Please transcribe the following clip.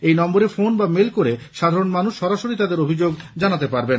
এই নম্বরে ফোন বা মেল করে সাধারণ মানুষ সরাসরি তাদের অভিযোগ জানাতে পারবেন